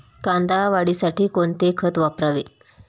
कांदा वाढीसाठी कोणते खत वापरावे?